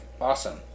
awesome